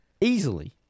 Easily